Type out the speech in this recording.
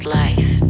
life